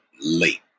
late